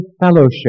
fellowship